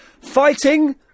fighting